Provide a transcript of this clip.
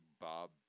Bob